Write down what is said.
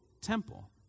temple